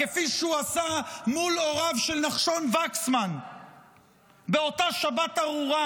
כפי שהוא עושה מול הוריו של נחשון וקסמן באותה שבת ארורה,